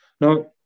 Now